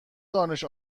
دانش